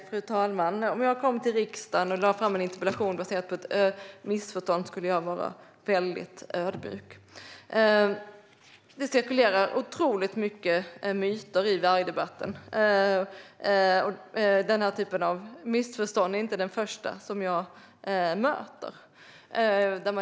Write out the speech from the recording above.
Fru talman! Om jag kom till riksdagen och lade fram en interpellation som var baserad på ett missförstånd skulle jag vara väldigt ödmjuk. Det cirkulerar otroligt mycket myter i vargdebatten. Denna typ av missförstånd är inte den första jag möter.